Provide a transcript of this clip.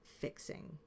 fixing